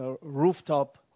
rooftop